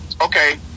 Okay